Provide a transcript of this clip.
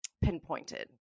pinpointed